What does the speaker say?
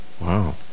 Wow